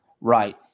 Right